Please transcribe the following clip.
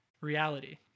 reality